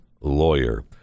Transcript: lawyer